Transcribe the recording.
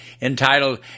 entitled